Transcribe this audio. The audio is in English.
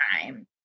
time